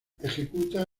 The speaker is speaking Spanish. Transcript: ejecuta